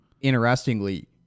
interestingly